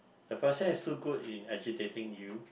the person is too good in agitating you